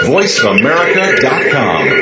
VoiceAmerica.com